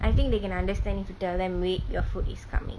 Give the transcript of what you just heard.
I think they can understand if you tell them wait your food is coming